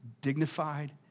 dignified